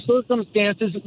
circumstances